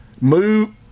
Move